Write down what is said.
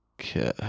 Okay